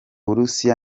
burusiya